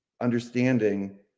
understanding